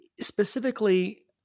specifically